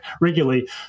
regularly